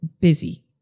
busy